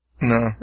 No